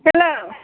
hello